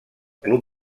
club